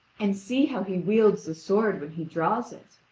and see how he wields the sword when he draws it!